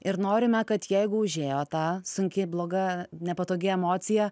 ir norime kad jeigu užėjo ta sunki bloga nepatogi emocija